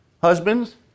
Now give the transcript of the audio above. Husbands